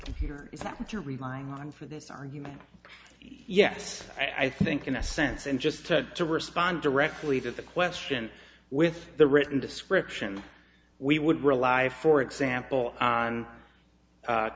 computer is that what you're relying on for this argument yes i think in a sense and just to respond directly to the question with the written description we would rely for example on